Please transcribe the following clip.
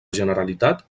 generalitat